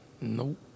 Nope